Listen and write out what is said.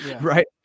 right